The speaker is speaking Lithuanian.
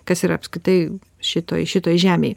kas yra apskritai šitoj šitoj žemėj